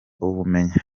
ubumenyi